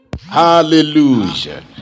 Hallelujah